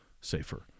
safer